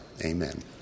amen